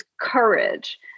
courage